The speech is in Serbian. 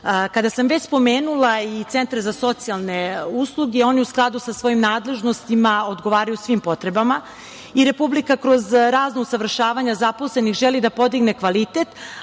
sam već spomenula i centre za socijalne usluge, oni u skladu sa svojim nadležnostima odgovaraju svim potrebama. Republika kroz razna usavršavanja zaposlenih želi da podigne kvalitet,